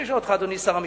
אדוני שר המשפטים,